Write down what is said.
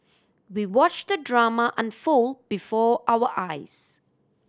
we watched the drama unfold before our eyes